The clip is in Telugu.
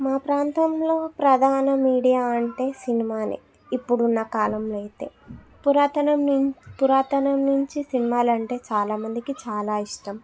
మా ప్రాంతంలో ప్రధాన మీడియా అంటే సినిమానే ఇప్పుడున్న కాలంలో అయితే పురాతనం పురాతనం నుంచి సినిమాలంటే చాలామందికి చాలా ఇష్టం